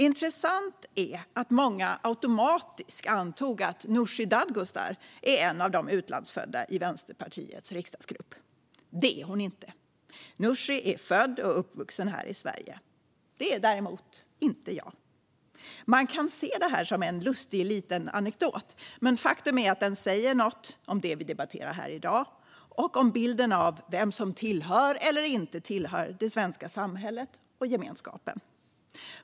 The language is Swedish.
Intressant är att många automatiskt antog att Nooshi Dadgostar är en av de utlandsfödda i Vänsterpartiets riksdagsgrupp. Det är hon inte. Nooshi är född och uppvuxen här i Sverige. Det är däremot inte jag. Man kan se detta som en lustig liten anekdot, men faktum är att den säger något om det vi debatterar här i dag och om bilden av vem som tillhör eller inte tillhör det svenska samhället och gemenskapen.